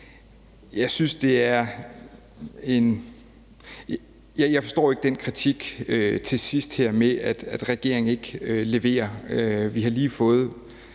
Jeg forstår ikke den kritik her til sidst med, at regeringen ikke leverer. Vi har lige,